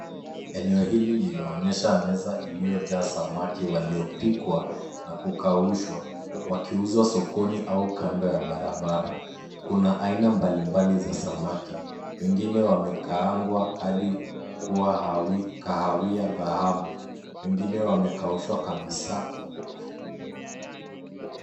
Eneo hili linaonyesha meza iliyojaa samaki waliopikwa na kukaushwa wakiuzwa sokoni au kando ya barabara. Kuna aina mbalimbali za samaki wengine wamekaangwa hadi kuwa kahawia dhahabu wengine wamekaushwa kabisa.